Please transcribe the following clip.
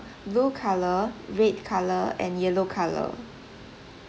blue colour red colour and yellow colour